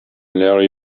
larry